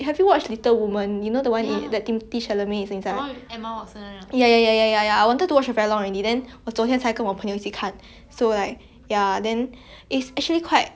我昨天才跟我朋友一起看 so like ya then it's actually quite I really really like the movie cause it was talking about like gender you know espeically females in the past then